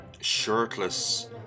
shirtless